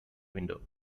window